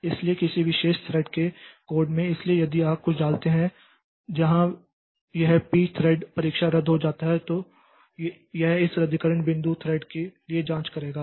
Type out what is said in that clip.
इसलिए किसी विशेष थ्रेड के कोड में इसलिए यदि आप कुछ डालते हैं जहां यह पी थ्रेड परीक्षा रद्द हो जाता है तो यह इस रद्दीकरण बिंदु थ्रेड के लिए जाँच करेगा